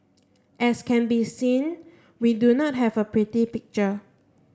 as can be seen we do not have a pretty picture